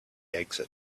exit